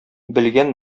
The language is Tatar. белгән